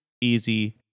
easy